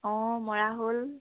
অঁ মৰা হ'ল